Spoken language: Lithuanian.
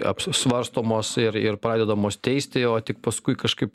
apsvarstomos ir ir pradedamos teisti o tik paskui kažkaip